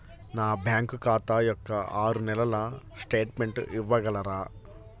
నా బ్యాంకు ఖాతా యొక్క ఆరు నెలల స్టేట్మెంట్ ఇవ్వగలరా?